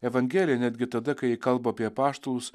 evangelija netgi tada kai kalba apie apaštalus